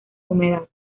humedad